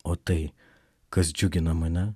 o tai kas džiugina mane